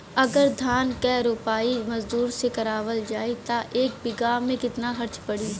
अगर धान क रोपाई मजदूर से करावल जाई त एक बिघा में कितना खर्च पड़ी?